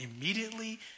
immediately